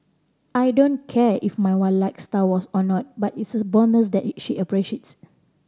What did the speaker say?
I don't care if my wife likes Star Wars or not but it's a bonus that she appreciates